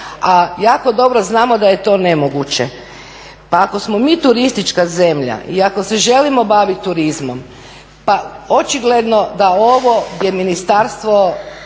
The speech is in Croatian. a jako dobro znamo da je to nemoguće. Pa ako smo mi turistička zemlja i ako se želimo baviti turizmom pa očigledno da ovo je Ministarstvo